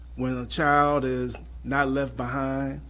when a child is not left behind,